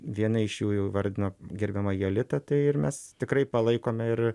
vieną iš jų jau įvardino gerbiama jolita tai ir mes tikrai palaikom ir